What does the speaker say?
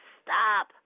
stop